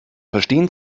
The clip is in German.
verstehen